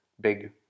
big